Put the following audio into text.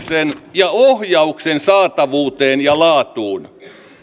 ja ohjauksen saatavuuteen ja laatuun